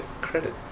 credits